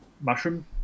mushroom